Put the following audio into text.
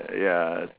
err ya